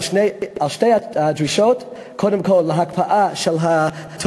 שתי הדרישות: קודם כול הקפאה של התוכניות,